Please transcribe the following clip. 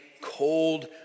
cold